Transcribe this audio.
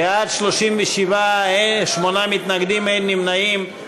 בעד, 37, שמונה מתנגדים, אין נמנעים.